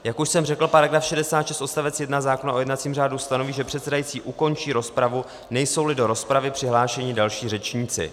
Jak už jsem řekl, § 66 odstavec 1 zákona o jednacím řádu stanoví, že předsedající ukončí rozpravu, nejsouli do rozpravy přihlášeni další řečníci.